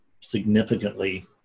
significantly